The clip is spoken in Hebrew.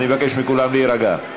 אני אבקש מכולם להירגע.